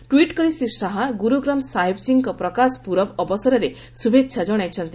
tweet କରି ଶ୍ରୀ ଶାହା ଗୁରୁ ଗ୍ରନ୍ଥ ସାହିବ୍ଜୀଙ୍କ ପ୍ରକାଶ ପୂରବ ଅବସରରେ ଶୁଭେଛା ଜଣାଇଛନ୍ତି